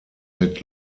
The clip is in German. mit